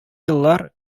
еллар